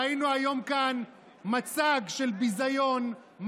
ראינו כאן היום מצג של ביזיון,